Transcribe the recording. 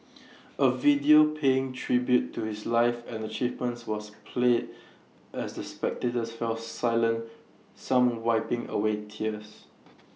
A video paying tribute to his life and achievements was played as the spectators fell silent some wiping away tears